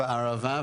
בערבה,